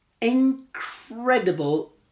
incredible